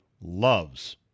loves